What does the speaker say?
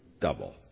double